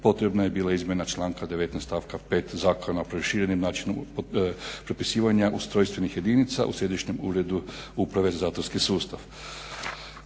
potrebna je bila izmjena članka 19. stavka 5. Zakona o proširenom načinu propisivanja ustrojstvenih jedinica u Središnjem uredu Uprave za zatvorski sustav.